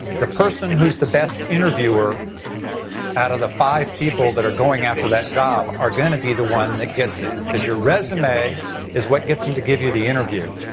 the person who is the best interviewer out of the five people who are going after that job, are going to be the one that gets it. because your resume is what gets them to give you the interview.